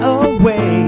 away